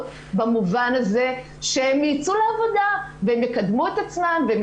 במובן הזה שהן יצאו לעבודה והן יקדמו את עצמן והן